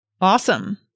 Awesome